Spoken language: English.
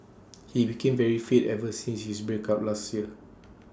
he became very fit ever since his break up last year